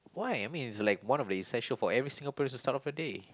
why I mean it's like one of the essential for every Singaporean to start off a day